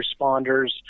responders